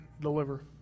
deliver